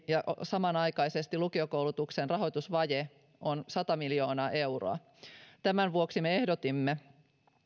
ja samanaikaisesti lukiokoulutuksen rahoitusvaje on sata miljoonaa euroa tämän vuoksi me ehdotimme